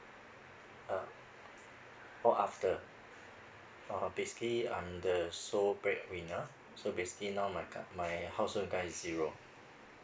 uh or after (uh huh) basically I'm the sole breadwinner so basically now my ca~ my household income is zero